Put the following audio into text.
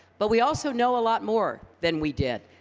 but we also know a lot more than we did.